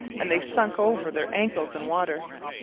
and they sunk over their ankles in water.